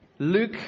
Luke